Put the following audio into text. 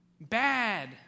bad